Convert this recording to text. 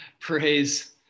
Praise